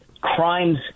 crimes